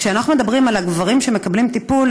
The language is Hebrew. כשאנחנו מדברים על הגברים שמקבלים טיפול,